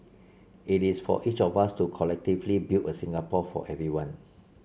it is for each of us to collectively build a Singapore for everyone